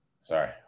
Sorry